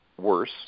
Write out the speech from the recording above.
worse